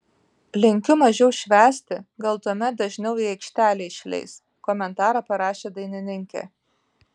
linkiu mažiau švęsti gal tuomet dažniau į aikštelę išleis komentarą parašė dainininkė